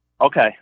Okay